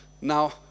Now